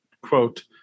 quote